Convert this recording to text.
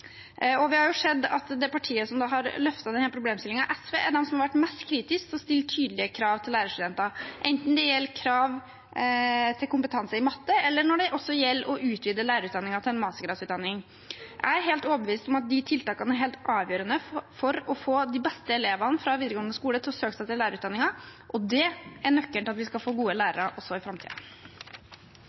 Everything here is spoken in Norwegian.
lærerutdanningen. Vi har sett at det partiet som har løftet denne problemstillingen, SV, er de som har vært mest kritiske til å stille tydelige krav til lærerstudenter, enten det gjelder krav til kompetanse i matte, eller det gjelder å utvide lærerutdanningen til en mastergradsutdanning. Jeg er helt overbevist om at de tiltakene er helt avgjørende for å få de beste elevene fra videregående skole til å søke seg til lærerutdanningen, og det er nøkkelen til at vi skal få gode lærere også i